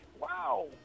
wow